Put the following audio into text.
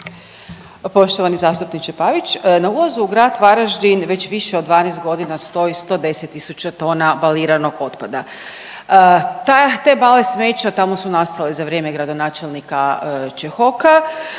Poštovani zastupniče Pavić. Na ulazu u grad Varaždin već više od 12 godina stoji 110.000 tona baliranog otpada, te bale smeća tamo su nastale za vrijeme gradonačelnika Čehoka,